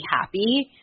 happy